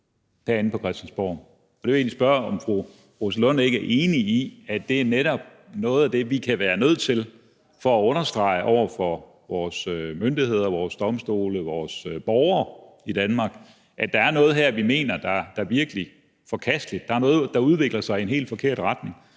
herinde på Christiansborg. Jeg vil egentlig spørge, om fru Rosa Lund ikke er enig i, at det netop er noget af det, vi kan være nødt til, for at understrege over for vores myndigheder, vores domstole og vores borgere i Danmark, at der er noget her, vi mener er virkelig forkasteligt; at der er noget, der udvikler sig i en helt forkert retning.